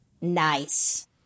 Nice